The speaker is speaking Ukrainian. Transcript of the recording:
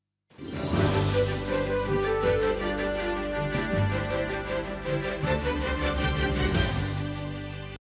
Дякую.